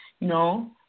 no